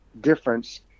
difference